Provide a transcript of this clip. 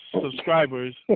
subscribers